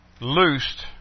loosed